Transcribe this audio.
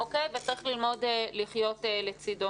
וצריך ללמוד לחיות לצידו